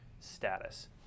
status